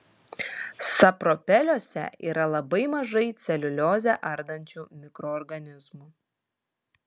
sapropeliuose yra labai mažai celiuliozę ardančių mikroorganizmų